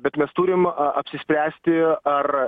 bet mes turim apsispręsti ar